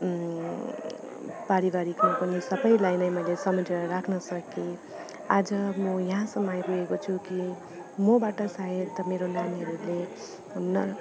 पारिवारिकमा पनि सबलाई नै मैले समेटेर राख्न सके आज म यहाँसम्म आइपुगेको छु कि मबाट सायद मेरो नानीहरूले नर